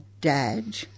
dad